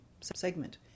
segment